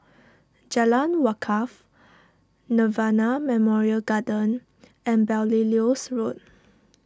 Jalan Wakaff Nirvana Memorial Garden and Belilios Road